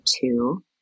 two